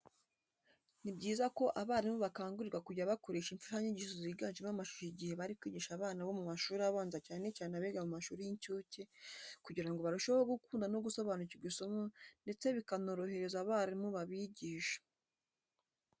Ni byiza ko abarimu bakangurirwa kujya bakoresha imfashanyigisho ziganjemo amashusho igihe bari kwigisha abana bo mu mashuri abanza cyane cyane abiga mu mashuri y'incuke kugira ngo barusheho gukunda no gusobanukirwa isomo ndetse bikanorohereza abarimu babigisha.